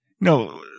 No